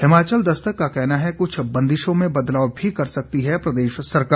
हिमाचल दस्तक का कहना है कुछ बंदिशों में बदलाव भी कर सकती है प्रदेश सरकार